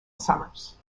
summers